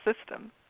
system